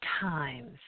times